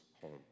home